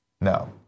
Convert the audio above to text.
No